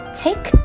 take